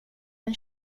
den